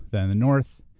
then in north,